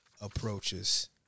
approaches